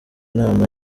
inama